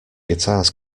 guitars